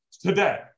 today